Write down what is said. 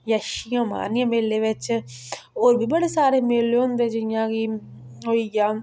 जैशियां मारनियां मेले बिच्च होर बी बड़े सारे मेले होंदे जियां कि होई गेआ